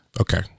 Okay